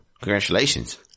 Congratulations